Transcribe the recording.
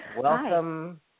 Welcome